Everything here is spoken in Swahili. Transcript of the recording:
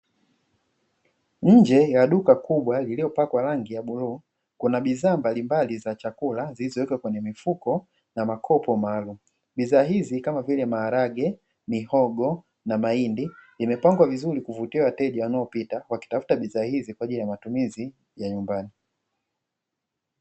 Nje ya duka kubwa lililopakwa rangu ya bluu, kuna bidhaa mbalimbali za chakula zilizowekwa kwenye mifuko na makopo maalumu. Bidhaa hizi kama vile maharage, mihogo na mahindi imepangwa vizuri kuvutia wateja wanaopita kutafuta bishaa hizi kwa ajili ya matumizi ya nyumbani.